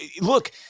look